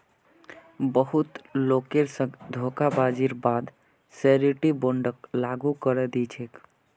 बहुत लोगेर संग धोखेबाजीर बा द श्योरटी बोंडक लागू करे दी छेक